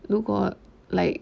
如果 like